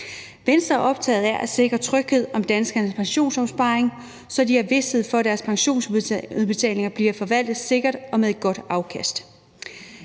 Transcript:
Venstre er optaget af at sikre tryghed om danskernes pensionsopsparing, så de har vished for, at deres pensionsudbetalinger bliver forvaltet sikkert og med et godt afkast.